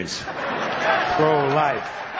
Pro-life